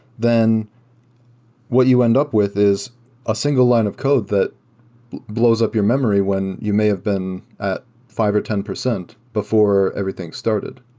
then what you end up with is a single line of code that blows up your memory when you may have been at five percent or ten percent before everything started.